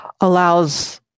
allows